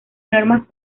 normas